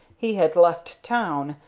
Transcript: he had left town,